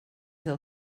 del